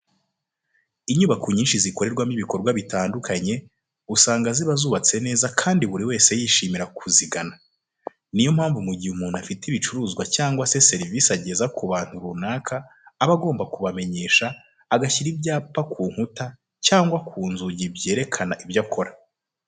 Inyubako nyinshi zikorerwamo ibikorwa bitandukanye, usanga ziba zubatse neza kandi buri wese yishimira kuzigana. Ni yo mpamvu mu gihe umuntu afite ibicuruzwa cyangwa se serivise ageza ku bantu runaka aba agomba kubamenyesha, agashyira ibyapa ku nkuta cyangwa ku nzugi byerekana ibyo akora.